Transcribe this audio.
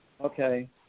Okay